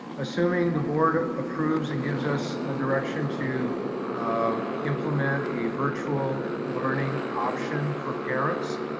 assuming the board approves and gives us a direction to um implement a virtual learning option for parents,